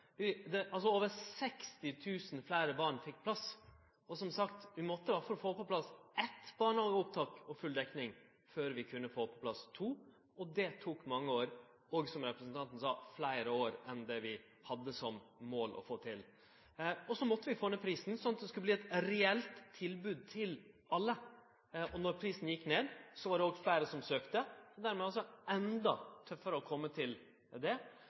Over 60 000 fleire barn fekk plass. Som sagt, vi måtte iallfall få på plass eitt barnehageopptak og full dekning før vi kunne få på plass to. Det tok mange år og – som representanten sa – fleire år enn det vi hadde som mål å få til. Så måtte vi få ned prisen, sånn at det skulle bli eit reelt tilbod til alle. Då prisen gjekk ned, var det òg fleire som søkte, og dermed altså endå tøffare å kome til det.